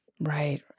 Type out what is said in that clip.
Right